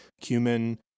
cumin